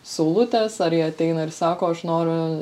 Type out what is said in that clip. saulutės ar jie ateina ir sako aš noriu